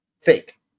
fake